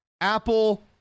Apple